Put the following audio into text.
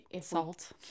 salt